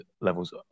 levels